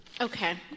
Okay